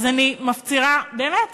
אז אני מפצירה, באמת.